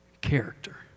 character